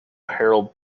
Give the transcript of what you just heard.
herald